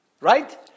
Right